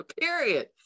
Period